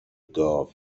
گاو